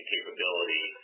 capability